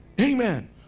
Amen